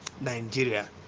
Nigeria